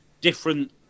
different